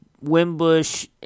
Wimbush